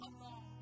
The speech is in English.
alone